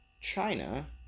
China